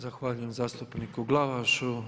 Zahvaljujem zastupniku Glavašu.